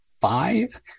five